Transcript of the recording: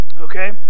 Okay